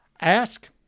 Ask